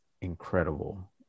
incredible